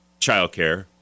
Childcare